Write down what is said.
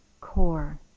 core